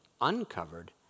uncovered